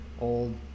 old